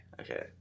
Okay